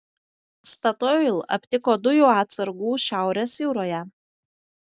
statoil aptiko dujų atsargų šiaurės jūroje